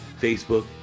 Facebook